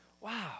Wow